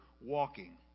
walking